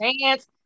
chance